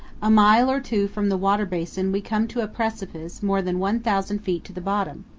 a mile or two from the water basin we come to a precipice more than one thousand feet to the bottom.